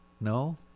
No